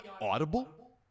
Audible